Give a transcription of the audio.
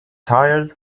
tired